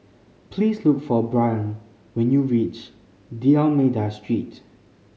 please look for Brion when you reach D'Almeida Street